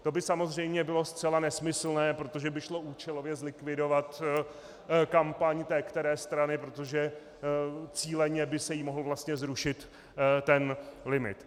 To by samozřejmě bylo zcela nesmyslné, protože by šlo účelově zlikvidovat kampaň té které strany, protože cíleně by se jí mohl vlastně zrušit ten limit.